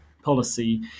policy